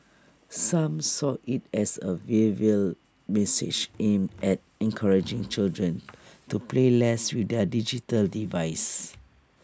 some saw IT as A veil veiled message aimed at encouraging children to play less with their digital devices